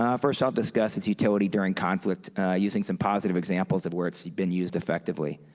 um first i'll discuss its utility during conflict using some positive examples of where it's been used effectively